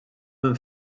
minn